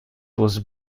was